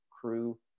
Crew